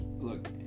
look